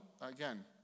again